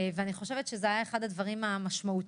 אני חושבת שזה היה אחד הדברים המשמעותיים.